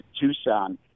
Tucson